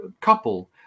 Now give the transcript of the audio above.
couple